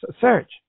search